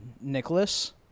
Nicholas